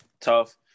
tough